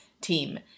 team